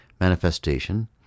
Manifestation